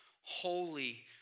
holy